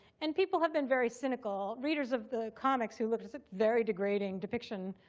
and people have been very cynical. readers of the comics who looked was a very degrading depiction,